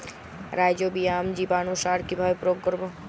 Rhizobium জীবানুসার কিভাবে প্রয়োগ করব?